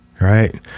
right